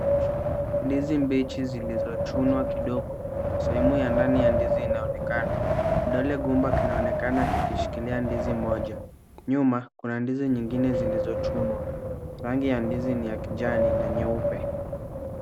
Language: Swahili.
Ndizi mbichi zilizochunwa kidogo. Sehemu ya ndani ya ndizi inaonekana. Kidole gumba kinaonekana kikishikilia ndizi moja. Nyuma, kuna ndizi nyingine zilizochunwa. Rangi ya ndizi ni ya kijani na nyeupe .